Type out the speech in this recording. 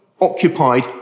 occupied